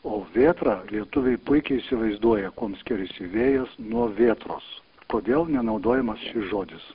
o vėtra lietuviai puikiai įsivaizduoja kuom skiriasi vėjas nuo vėtros kodėl nenaudojamas šis žodis